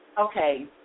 Okay